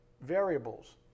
variables